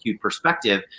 perspective